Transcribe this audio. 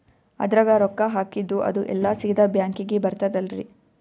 ಅದ್ರಗ ರೊಕ್ಕ ಹಾಕಿದ್ದು ಅದು ಎಲ್ಲಾ ಸೀದಾ ಬ್ಯಾಂಕಿಗಿ ಬರ್ತದಲ್ರಿ?